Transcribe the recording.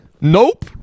Nope